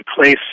place